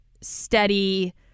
steady